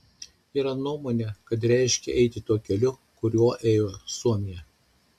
yra nuomonė kad reiškia eiti tuo keliu kuriuo ėjo suomija